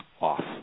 off